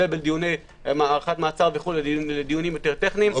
בין דיוני הארכת מעצר דיונים יותר טכניים.